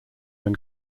when